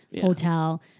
Hotel